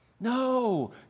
No